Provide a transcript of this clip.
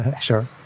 Sure